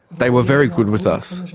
they were very good with us.